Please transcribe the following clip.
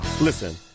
Listen